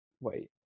wait